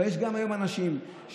אבל יש גם היום אנשים שהכרטיסייה,